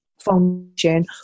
function